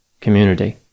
community